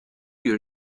your